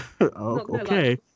Okay